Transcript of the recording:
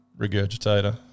regurgitator